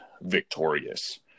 victorious